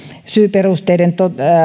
syyperusteisen